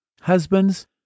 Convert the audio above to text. Husbands